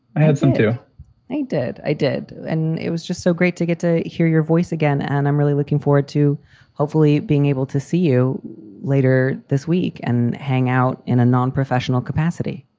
i had some, too i did. i did. and it was just so great to get to hear your voice again. and i'm really looking forward to hopefully being able to see you later this week and hang out in a non-professional capacity.